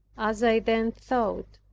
as i then thought,